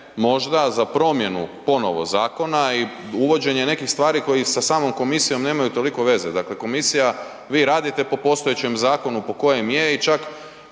možda za promjenu ponovo zakona i uvođenje nekih stvari koji sa samom komisijom nema toliko veze. Dakle komisija radi po postojećem zakonu po kojem je i čak